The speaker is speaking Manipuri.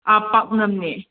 ꯄꯥꯛꯅꯝꯅꯦ